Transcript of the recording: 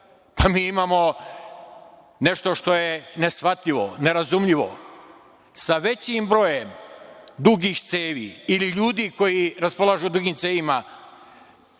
Mi imamo nešto što je neshvatljivo, nerazumljivo, sa većim brojem dugih cevi ili ljudi koji raspolažu dugim cevima,